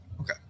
Okay